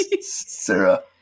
Sarah